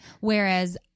whereas